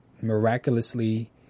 miraculously